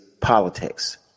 politics